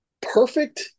perfect